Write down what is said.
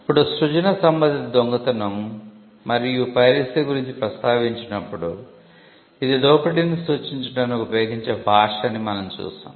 ఇప్పుడు 'సృజన' సంబంధిత దొంగతనం మరియు పైరసీ గురించి ప్రస్తావించినప్పుడు ఇది దోపిడీని సూచించడానికి ఉపయోగించే భాష అని మనం చూసాం